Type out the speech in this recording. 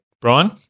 Brian